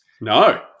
No